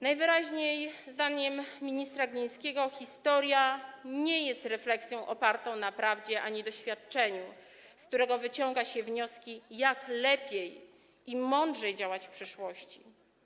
Najwyraźniej zdaniem ministra Glińskiego historia nie jest refleksją opartą na prawdzie ani doświadczeniu, z której wyciąga się wnioski, jak lepiej i mądrzej działać w przyszłości.